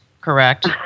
correct